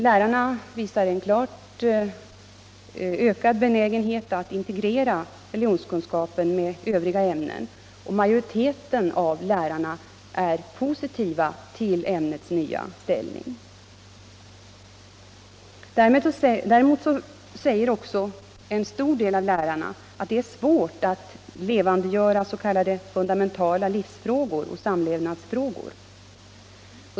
Lärarna visar en klart ökad benägenhet att integrera religionskunskapen med övriga ämnen, och majoriteten av lärarna är positiv till ämnets nya ställning. Däremot säger också en stor del av lärarna att det är svårt att levandegöra s.k. fundamentala livsfrågor och samlevnadsfrågor.